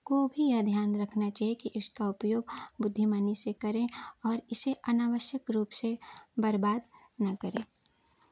को भी यह ध्यान रखना चाहिए की इसका उपयोग बुद्धिमानी से करें और इसे अनावश्यक रूप से बर्बाद ना करें